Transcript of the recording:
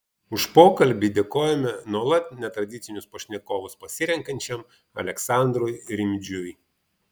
už pokalbį dėkojame nuolat netradicinius pašnekovus pasirenkančiam aleksandrui rimdžiui